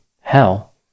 hell